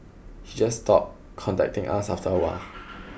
he just stopped contacting us after a while